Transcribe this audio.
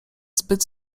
zbyt